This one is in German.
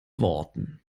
worten